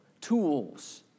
tools